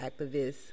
activists